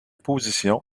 position